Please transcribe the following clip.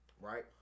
Right